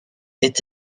est